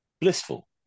blissful